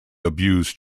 abused